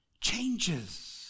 changes